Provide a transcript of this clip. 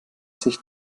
sich